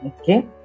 Okay